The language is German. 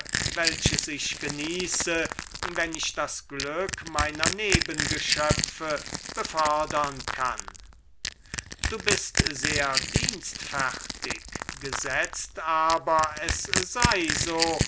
welches ich alsdann genieße wenn ich das glück meiner nebengeschöpfe befördern kann du bist sehr dienstfertig gesetzt aber es sei so